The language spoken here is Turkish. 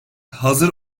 hazır